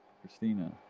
Christina